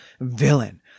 villain